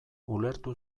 ulertu